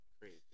Crazy